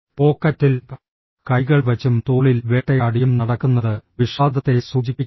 പോക്കറ്റിൽ കൈകൾ വെച്ചും തോളിൽ വേട്ടയാടിയും നടക്കുന്നത് വിഷാദത്തെ സൂചിപ്പിക്കുന്നു